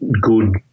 good